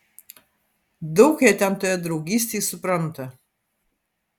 daug jie ten toje draugystėj supranta